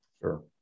Sure